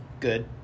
Good